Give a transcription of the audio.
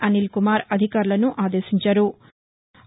అనీల్ కుమార్ అధికారులను ఆదేశించారు